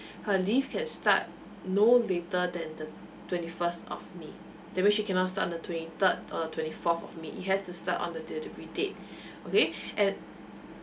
her leave can start no later than the twenty first of may that means she cannot start on the twenty third or the twenty fourth of may it has to start on the delivery date okay and